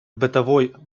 бытовой